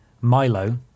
Milo